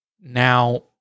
now